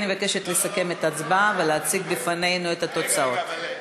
אני מבקשת לסכם את ההצבעה ולהציג בפנינו את התוצאות.